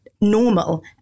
normal